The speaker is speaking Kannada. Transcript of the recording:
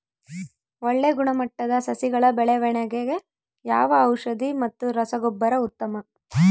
ಒಳ್ಳೆ ಗುಣಮಟ್ಟದ ಸಸಿಗಳ ಬೆಳವಣೆಗೆಗೆ ಯಾವ ಔಷಧಿ ಮತ್ತು ರಸಗೊಬ್ಬರ ಉತ್ತಮ?